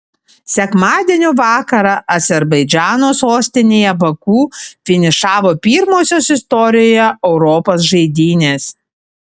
sekmadienio vakarą azerbaidžano sostinėje baku finišavo pirmosios istorijoje europos žaidynės